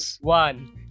one